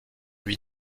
lui